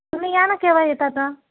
तुम्ही या ना केव्हा येत आता